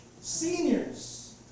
seniors